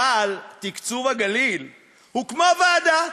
אבל תקצוב הגליל הוא כמו ועדה.